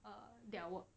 uh their work